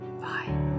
Bye